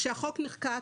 כשהחוק נחקק,